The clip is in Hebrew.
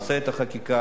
עושה את החקיקה,